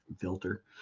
filter